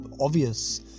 obvious